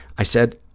i said